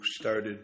started